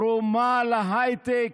תרומה להייטק,